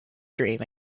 dream